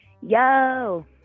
Yo